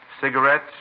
Cigarettes